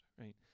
right